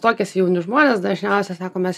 tuokiasi jauni žmonės dažniausiai sako mes